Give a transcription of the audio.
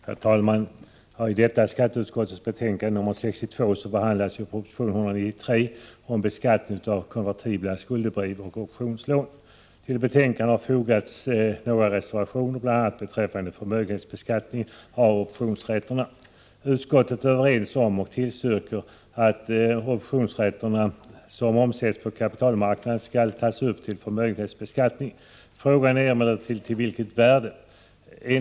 Herr talman! I detta skatteutskottets betänkande nr 62 behandlas proposition 193 om beskattning av konvertibla skuldebrev och optionslån. Till betänkandet har fogats några reservationer, bl.a. beträffande förmögenhetsbeskattningen av optionsrätterna. Utskottet är överens om och tillstyrker att optionsrätter som omsätts på kapitalmarknaden skall tas upp till förmögenhetsbeskattning. Frågan är emellertid till vilket värde det skall ske.